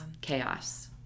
chaos